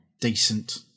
decent